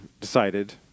decided